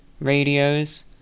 radios